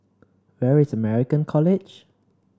where is American College